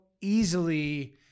easily